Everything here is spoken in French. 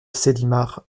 célimare